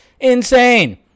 Insane